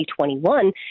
2021